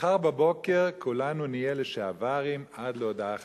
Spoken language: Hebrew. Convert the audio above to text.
מחר בבוקר כולנו נהיה לשעברים עד להודעה חדשה.